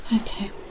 Okay